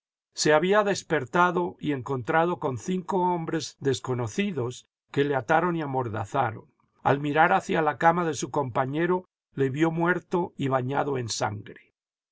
se había despertado y encontrado con cinco hombres desconocidos que le ataron y amordazaron al mirar hacia la cama de su compañero le vio muerto y bañado en sangre